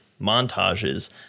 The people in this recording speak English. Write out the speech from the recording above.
montages